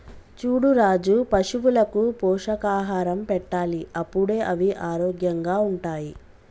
చూడు రాజు పశువులకు పోషకాహారం పెట్టాలి అప్పుడే అవి ఆరోగ్యంగా ఉంటాయి